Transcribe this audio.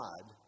God